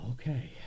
okay